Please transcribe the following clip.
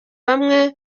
bamwe